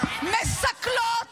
מסכלות